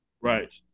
Right